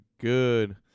good